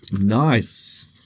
Nice